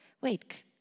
wait